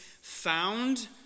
found